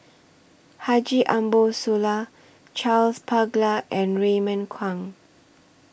Haji Ambo Sooloh Charles Paglar and Raymond Kang